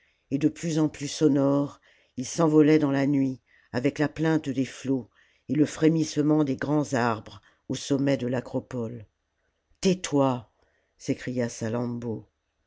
et de plus en plus sonores ils s'envolaient dans la nuit avec la plainte des flots et le frémissement des grands arbres au sommet de l'acropole tais-toi s'écria